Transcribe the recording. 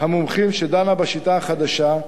המומחים שדנה בשיטה החדשה,